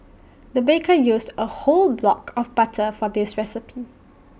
the baker used A whole block of butter for this recipe